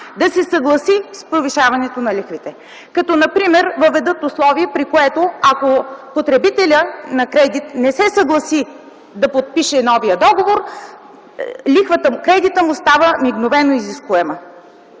да се съгласи с повишаването на лихвите, като например въведат условия, при които, ако потребителят на кредита не се съгласи да подпише новия договор, кредитът му става мигновено изискуем.